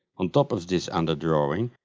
on top of this under drawing,